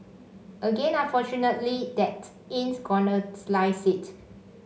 again unfortunately that ain't gonna slice it